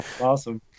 awesome